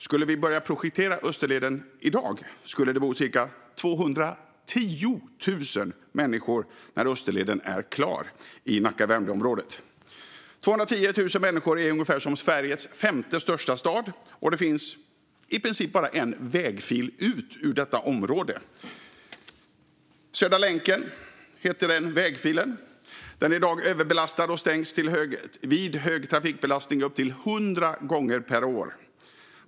Skulle vi börja projektera Österleden i dag skulle det bo cirka 210 000 människor när Österleden är klar i Nacka-Värmdö-området. Det är ungefär lika många som bor i Sveriges femte största stad, och det finns i princip bara en vägfil ut ur detta område: Södra länken. Den är i dag överbelastad och stängs på grund av hög trafikbelastning upp till hundra gånger per år.